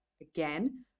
again